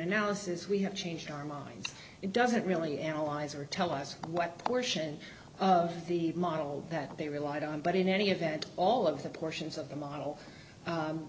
analysis we have changed our mind it doesn't really analyze or tell us what portion of the model that they relied on but in any event all of the portions of the model